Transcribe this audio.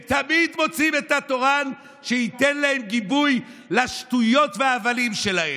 הם תמיד מוצאים את התורן שייתן להם גיבוי לשטויות וההבלים שלהם.